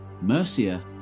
Mercia